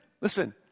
listen